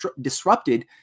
disrupted